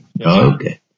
Okay